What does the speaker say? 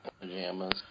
pajamas